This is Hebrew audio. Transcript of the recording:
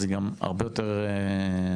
אז היא גם הרבה יותר נוחה.